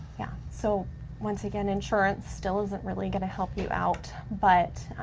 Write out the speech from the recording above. yeah, so once again, insurance still isn't really gonna help you out, but